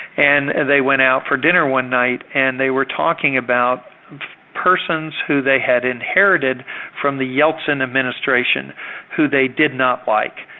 and and they went out for dinner one night and they were talking about persons who they had inherited from the yeltsin administration who they did not like,